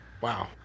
Wow